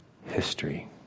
history